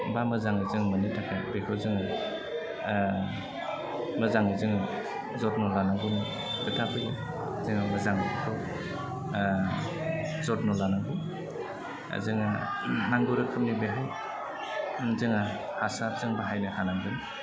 बा मोजां जों मोननो थाखाय बेखौ जों मोजां जोङो जोथोन लानांगौनि खोथा फैयो जोङो मोजां बेखौ जोथोन लानांगौ जोङो नांगौ रोखोमनि बेखौ जोङो हासार जों बाहायनो हानांगोन